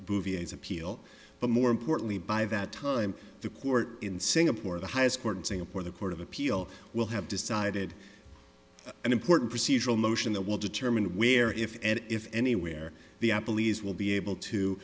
bouvier's appeal but more importantly by that time the court in singapore the highest court in singapore the court of appeal will have decided an important procedural motion that will determine where if and if anywhere the apple is will be able to